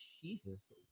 Jesus